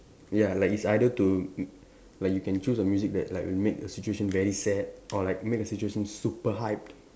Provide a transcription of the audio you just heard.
ya like it's either to mm like you can choose a music that like will make a situation very sad or like make a situation super hyped